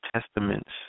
testaments